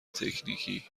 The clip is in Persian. تکنیکی